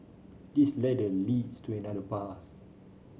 this ladder leads to another path